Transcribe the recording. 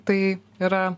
tai yra